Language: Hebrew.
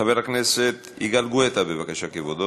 חבר הכנסת יגאל גואטה, בבקשה, כבודו.